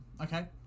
okay